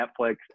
Netflix